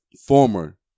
former